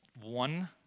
one